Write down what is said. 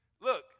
Look